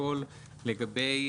מבקש רק מי